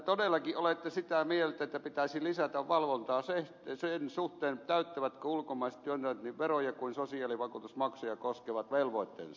todellakin olette sitä mieltä että pitäisi lisätä valvontaa sen suhteen täyttävätkö ulkomaiset työnantajat niin veroja kuin sosiaalivakuutusmaksujakin koskevat velvoitteensa